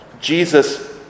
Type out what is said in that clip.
Jesus